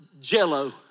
jello